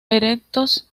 erectos